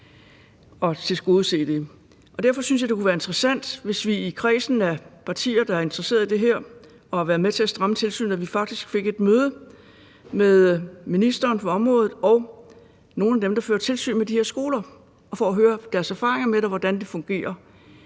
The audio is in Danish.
Derfor synes jeg, det kunne være interessant, hvis vi i kredsen af partier, der er interesseret i det her med at være med til at stramme tilsynet, faktisk fik et møde med ministeren for området og nogle af dem, der fører tilsyn med de her skoler, for at høre deres erfaringer med det og høre om, hvordan det fungerer.